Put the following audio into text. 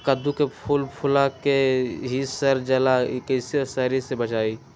कददु के फूल फुला के ही सर जाला कइसे सरी से बचाई?